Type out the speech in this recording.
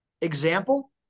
example